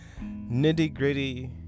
nitty-gritty